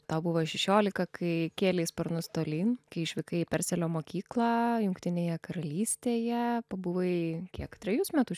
tau buvo šešiolika kai kėlei sparnus tolyn kai išvykai į perselio mokyklą jungtinėje karalystėje pabuvai kiek trejus metus